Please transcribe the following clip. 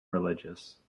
religious